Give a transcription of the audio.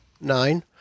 Nine